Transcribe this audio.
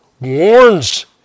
warns